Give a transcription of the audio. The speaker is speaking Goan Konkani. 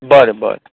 बरें बरें